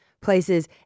places